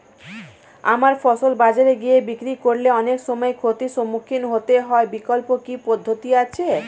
আমার ফসল বাজারে গিয়ে বিক্রি করলে অনেক সময় ক্ষতির সম্মুখীন হতে হয় বিকল্প কি পদ্ধতি আছে?